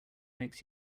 makes